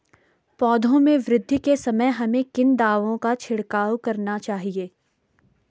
पौधों में वृद्धि के समय हमें किन दावों का छिड़काव करना चाहिए?